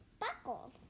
buckle